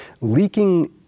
leaking